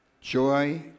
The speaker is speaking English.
joy